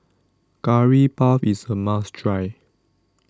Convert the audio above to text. Curry Puff IS A must Try